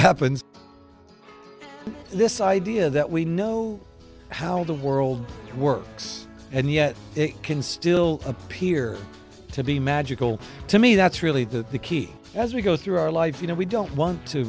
happens this idea that we know how the world works and yet it can still appear to be magical to me that's really the the key as we go through our life you know we don't want to